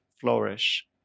flourish